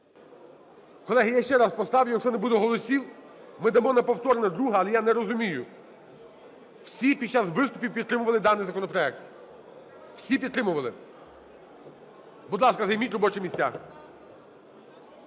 Колеги, я ще раз поставлю. Якщо не буде голосів, ми дамо на повторне друге. Але я не розумію, всі під час виступів підтримували даний законопроект, всі підтримували. Будь ласка, займіть робочі місця.